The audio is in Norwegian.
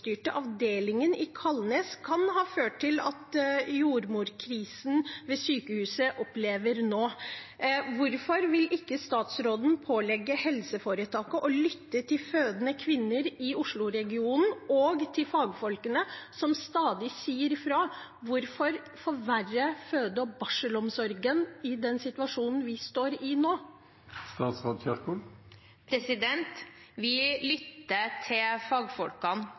avdelingen på Kalnes kan ha ført til jordmorkrisen sykehuset opplever nå. Hvorfor vil ikke statsråden pålegge helseforetaket å lytte til fødende kvinner i Oslo-regionen og til fagfolkene som stadig sier ifra? Hvorfor forverre føde- og barselomsorgen i den situasjonen vi står i nå? Vi lytter til fagfolkene.